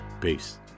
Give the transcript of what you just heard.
Peace